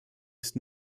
ist